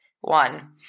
one